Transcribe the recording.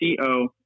co